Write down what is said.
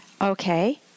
Okay